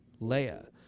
Leia